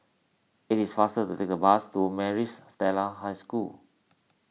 it is faster to take the bus to Maris Stella High School